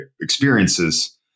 experiences